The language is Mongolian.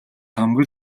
хамаг